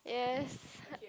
yes